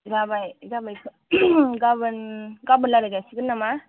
जाबाय जाबायथ' गाबोन गाबोन रालायजासिगोन नामा